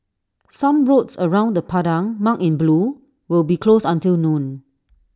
some roads around the Padang marked in blue will be closed until noon